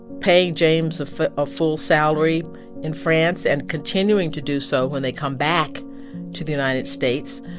paying james a full ah full salary in france and continuing to do so when they come back to the united states.